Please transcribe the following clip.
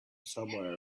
somewhere